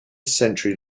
century